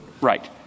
Right